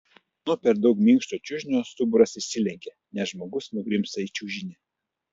nuo per daug minkšto čiužinio stuburas išsilenkia nes žmogus nugrimzta į čiužinį